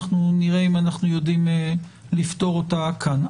אנחנו נראה אם אנחנו יודעים לפתור אותה כאן.